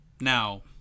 Now